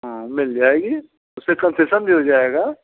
हाँ मिल जाएगी उस पर कन्सेसन भी मिल जाएगा